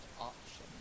option